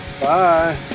bye